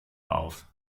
auf